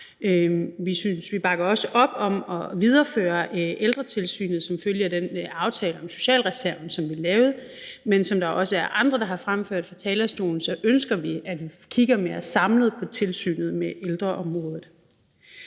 Vi bakker også op om at videreføre Ældretilsynet som følge af den aftale om socialreserven, som vi lavede, men som andre også har fremført fra talerstolen, ønsker vi, at vi kigger mere samlet på tilsynet med ældreområdet.